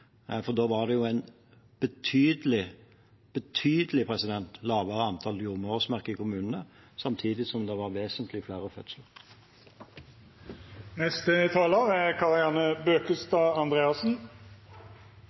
Da var det jo et betydelig – betydelig – lavere antall jordmorårsverk i kommunene samtidig som det var vesentlig flere fødsler. Som interpellanten har gjort godt rede for, er